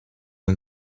een